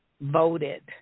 voted